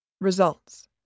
Results